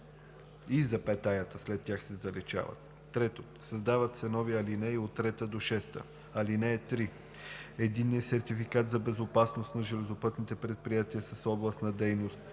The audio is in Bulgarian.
и запетаята след тях се заличават. 3. Създават се нови ал. 3 – 6: „(3) Единният сертификат за безопасност на железопътни предприятия с област на дейност